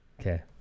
Okay